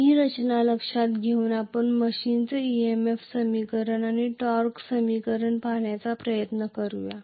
ही रचना लक्षात घेऊन आपण मशीनचे EMF समीकरण आणि टॉर्क समीकरण पाहण्याचा प्रयत्न करूया